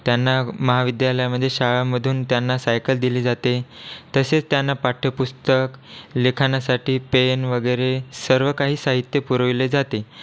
त्यांना महाविद्यालयामन्हे शाळांमधून त्यांना सायकल दिली जाते तसेच त्यांना पाठ्यपुस्तक लिखाणासाठी पेन वगैरे सर्व काही साहित्य पुरविले जाते